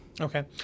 Okay